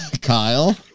Kyle